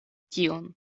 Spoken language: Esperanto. tion